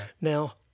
Now